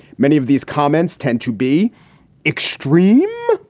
many of these comments tend to be extreme.